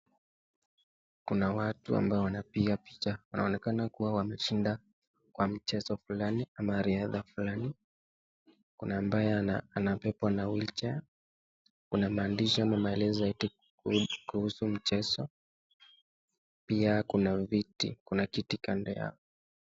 Kuna watu ambao wanapiga picha , unaonekana kuwa wameshinda kwa mchezo fulani ama riadha fulani, kuna ambaye anabebwa na wheelchair , kuna maandishi ama maelezo kuhusu mchezo pia kuna kiti kando yao.